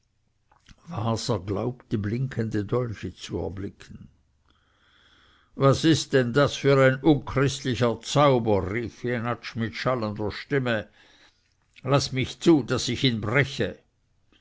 waser glaubte blinkende dolche zu erblicken was ist das für ein unchristlicher zauber rief jenatsch mit schallender stimme laßt mich zu daß ich ihn breche